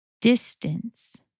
distance